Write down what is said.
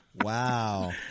Wow